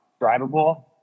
drivable